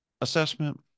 assessment